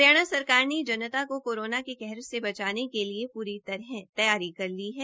हरियाणा सरकार ने जनता को कोरोना के कहर से बचाने के लिए पूरी तैयारी कर ली है